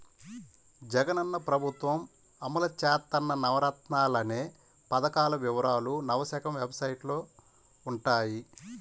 జగనన్న ప్రభుత్వం అమలు చేత్తన్న నవరత్నాలనే పథకాల వివరాలు నవశకం వెబ్సైట్లో వుంటయ్యి